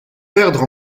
perdre